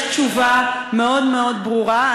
יש תשובה מאוד מאוד ברורה.